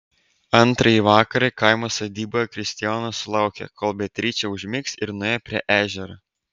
antrąjį vakarą kaimo sodyboje kristijonas sulaukė kol beatričė užmigs ir nuėjo prie ežero